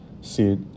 See